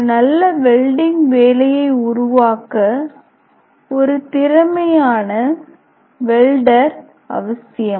ஒரு நல்ல வெல்டிங் வேலையை உருவாக்க ஒரு திறமையான வெல்டர் அவசியம்